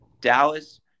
Dallas